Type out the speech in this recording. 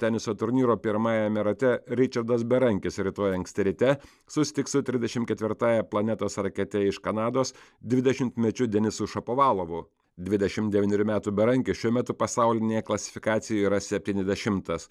teniso turnyro pirmajame rate ričardas berankis rytoj anksti ryte susitiks su trisdešim ketvirtaja planetos rakete iš kanados dvidešimtmečiu denisu šapovalovu dvidešim devynerių metų berankis šiuo metu pasaulinėje klasifikacijoje yra septyniasdešimtas